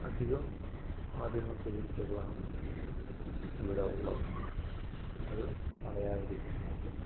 അധികം മാധ്യമ സുഹൃത്തുക്കളാണ് ഇവിടെ ഉള്ളത് അത് പറയാതിരിക്കാൻ വയ്യ